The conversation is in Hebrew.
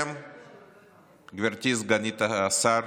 גבירתי סגנית השר,